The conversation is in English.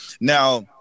Now